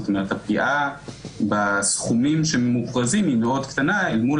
הפגיעה בסכומים שממוכרזים היא מאוד קטנה אל מול